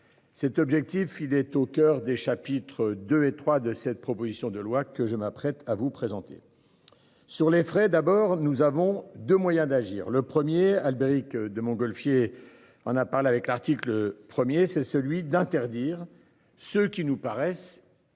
Cet objectif il est au coeur des chapitres de étroit de cette proposition de loi que je m'apprête à vous présentiez. Sur les frais d'abord nous avons 2 moyens d'agir. Le 1er Albéric de Montgolfier. On a parlé avec l'article 1er, c'est celui d'interdire ce qui nous paraissent.